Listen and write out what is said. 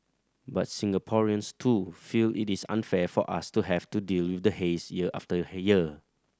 but Singaporeans too feel it is unfair for us to have to deal with the haze year after year